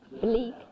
bleak